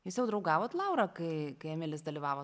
jūs jau draugavot laura kai kai emilis dalyvavo